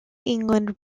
england